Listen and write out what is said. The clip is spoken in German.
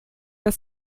das